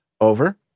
over